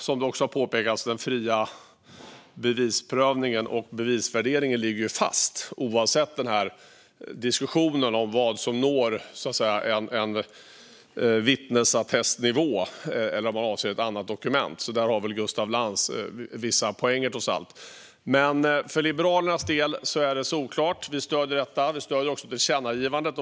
Som det har påpekats tidigare ligger den fria bevisprövningen och bevisvärderingen fast oavsett diskussionen om vad som når en vittnesattestnivå eller om man avser ett annat dokument. Där har väl Gustaf Lantz vissa poänger, trots allt. För Liberalernas del är det solklart. Vi stöder detta. Vi stöder också tillkännagivandet.